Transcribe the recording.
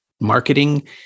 marketing